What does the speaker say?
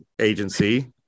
agency